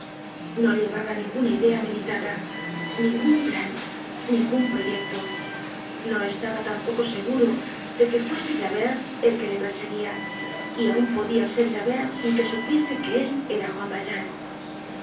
no llevaba ninguna idea meditada ningun plan ningun proyecto no estaba tampoco seguro de que fuese javert el que le perseguía y aun podia ser javertsinque supiese que él era juan valjean